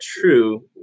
true